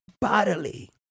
bodily